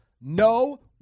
no